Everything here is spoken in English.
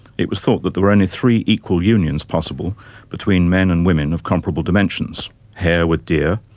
it was thought that there were only three equal unions possible between men and women of comparable dimensions hare with deer,